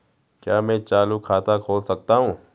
क्या मैं चालू खाता खोल सकता हूँ?